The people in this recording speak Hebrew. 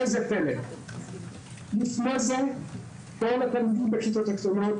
ראה איזה פלא, לפני זה כל התלמידים בכיתות הקטנות